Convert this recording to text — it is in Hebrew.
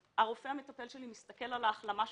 הרופא המטפל שלי מסתכל על ההחלמה שלי,